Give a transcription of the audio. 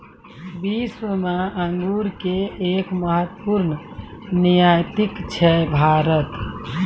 विश्व मॅ अंगूर के एक महत्वपूर्ण निर्यातक छै भारत